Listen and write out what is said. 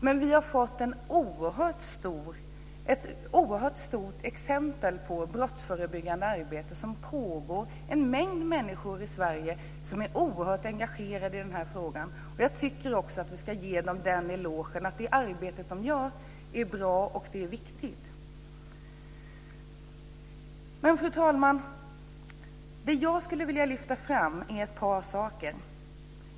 Men vi har ett fått ett oerhört bra exempel på ett brottsförebyggande arbete som pågår, en mängd människor i Sverige som är engagerade i frågan. Jag tycker att vi ska ge dem den elogen att det arbete som de gör är bra och viktigt. Fru talman! Jag skulle vilja lyfta fram ett par saker.